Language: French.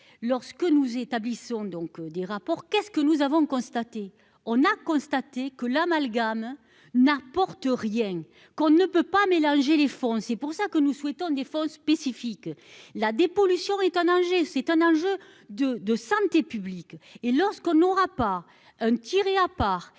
lorsque nous établissons donc des rapports qu'est ce que nous avons constaté, on a constaté que l'amalgame n'apporte rien, qu'on ne peut pas mélanger les fonds, c'est pour ça que nous souhaitons des fonds spécifiques, la dépollution étonne âgé, c'est un enjeu de de santé publique et lorsqu'on aura pas un tiré à part